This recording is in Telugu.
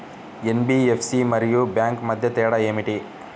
ఎన్.బీ.ఎఫ్.సి మరియు బ్యాంక్ మధ్య తేడా ఏమిటి?